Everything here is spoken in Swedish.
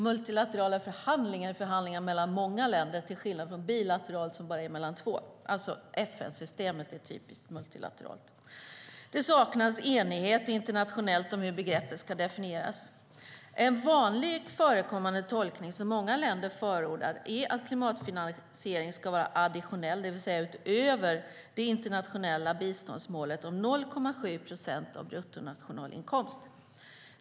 Multilaterala förhandlingar är förhandlingar mellan många länder till skillnad från bilaterala förhandlingar som bara är mellan två länder. FN-systemet är alltså typiskt multilateralt. Det saknas enighet internationellt om hur begreppet ska definieras. En vanligt förekommande tolkning, som många länder förordar, är att klimatfinansieringen ska vara additionell, det vill säga utöver det internationella biståndsmålet om 0,7 procent av bruttonationalinkomsten.